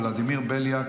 ולדימיר בליאק,